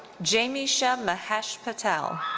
yeah jaimisha mahesh patel.